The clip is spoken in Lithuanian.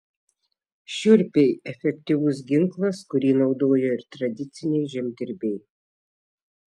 šiurpiai efektyvus ginklas kurį naudojo ir tradiciniai žemdirbiai